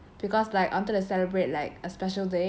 because like wanted to the celebrate like a special day